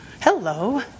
Hello